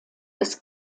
des